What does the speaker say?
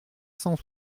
cent